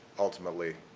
ultimately,